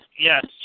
yes